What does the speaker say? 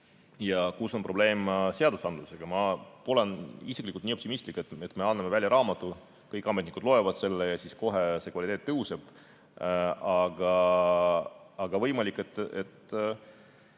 ja kus on probleem seadusandlusega. Ma pole isiklikult nii optimistlik, et anname välja raamatu, kõik ametnikud loevad seda ja siis kohe kvaliteet tõuseb. Võimalik, et